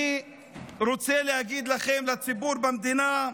אני רוצה להגיד לכם, לציבור במדינה,